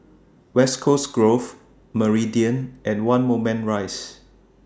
West Coast Grove Meridian and one Moulmein Rise